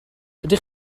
ydych